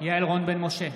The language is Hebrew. יעל רון בן משה,